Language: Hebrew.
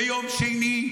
ביום שני,